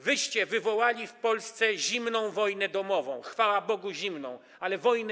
Wyście wywołali w Polsce zimną wojnę domową, chwała Bogu zimną, ale wojnę